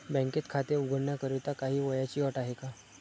बँकेत खाते उघडण्याकरिता काही वयाची अट आहे का?